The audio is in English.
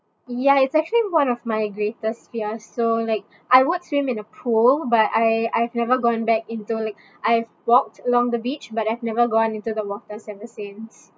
ya it's actually one of my greatest fear so like I would swim in a pool by I I've never gone back into like I've walked along the beach but I've never gone into the water ever since